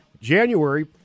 January